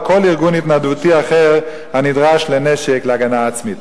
בכל ארגון התנדבותי אחר הנדרש לנשק להגנה עצמית.